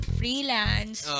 freelance